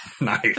Nice